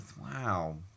Wow